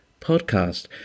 podcast